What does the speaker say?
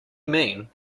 mean